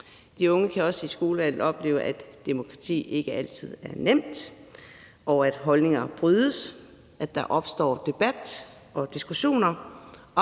De unge kan også i forbindelse med skolevalget opleve, at demokrati ikke altid er lige nemt, at holdninger brydes, og at der opstår debat og diskussioner